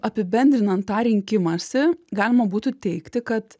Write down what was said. apibendrinant tą rinkimąsi galima būtų teigti kad